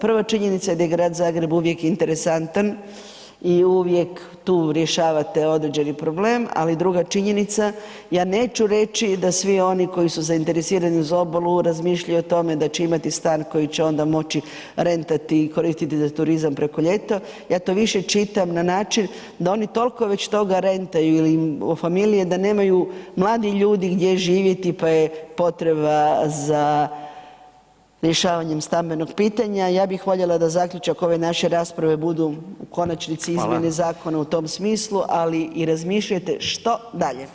Prva činjenica je da je grad Zagreb uvijek interesantan i uvijek tu rješavate određeni problem, ali druga činjenica, ja neću reći da svi oni koji su zainteresirani uz obalu razmišljaju o tome da će imati stan koji će onda moći rentati i koristiti za turizam preko ljeta, ja to više čitam na način da oni toliko već toga rentaju ili familije da nemaju mladi ljudi gdje živjeti pa je potreba za rješavanjem stambenog pitanja, ja bih voljela da zaključak ove naše rasprave budu u konačnici izmjene zakona u tom smislu ali i razmišljajte što dalje, hvala.